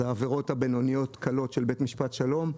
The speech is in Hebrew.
זה עבירות הבינוניות קלות של בית משפט שלום.